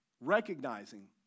recognizing